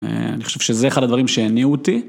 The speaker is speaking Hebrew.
אני חושב שזה אחד הדברים שיניעו אותי.